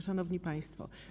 Szanowni Państwo!